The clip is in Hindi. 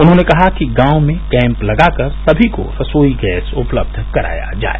उन्होंने कहा कि गांव में कैम्प लगाकर सभी को रसोई गैस उपलब्ध कराया जाय